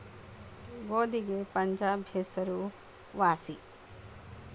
ಗೋಧಿಗೆ ಪಂಜಾಬ್ ಹೆಸರು ವಾಸಿ